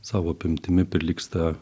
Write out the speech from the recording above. savo apimtimi prilygsta